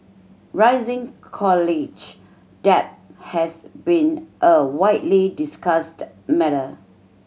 rising college debt has been a widely discussed matter